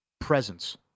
presence